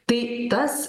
tai tas